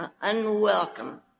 unwelcome